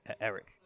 Eric